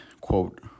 quote